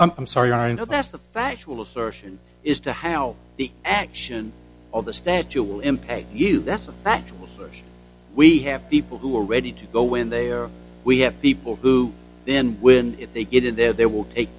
in i'm sorry i know that's the factual assertion is to how the action of the statue will impact you that's a factual for we have people who are ready to go when they are we have people who then when they get in there they will take